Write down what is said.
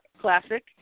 classic